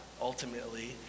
ultimately